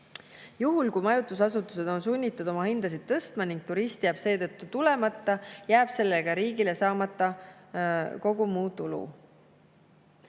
Juhul kui majutusasutused on sunnitud oma hindasid tõstma ning turist jääb seetõttu tulemata, jääb sellega riigil saamata kogu muu tulu.